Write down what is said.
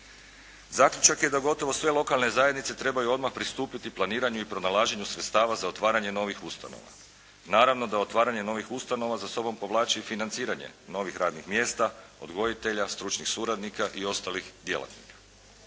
Zaključak je da gotovo sve lokalne zajednice trebaju odmah pristupiti planiranju i pronalaženju sredstava za otvaranje novih ustanova. Naravno da otvaranje novih ustanova za sobom povlači i financiranje novih radnih mjesta, odgojitelja, stručnih suradnika i ostalih djelatnika.